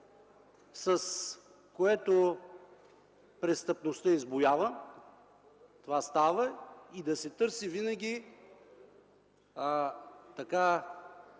с което престъпността избуява – това става, и да се търси винаги